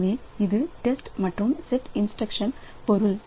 எனவே இது டெஸ்ட் மற்றும் செட் இன்ஸ்டிரக்ஷன் பொருள்